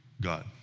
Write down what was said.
God